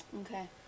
okay